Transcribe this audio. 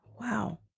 Wow